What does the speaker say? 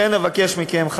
לכן אבקש מכם,